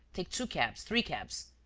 take two cabs, three cabs.